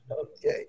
Okay